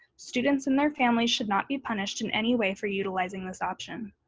students and their families should not be punished in any way for utilizing this option.